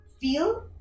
feel